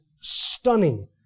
stunning